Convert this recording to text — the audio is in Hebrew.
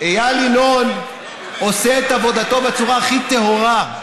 איל ינון עושה את עבודתו בצורה הכי טהורה.